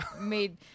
made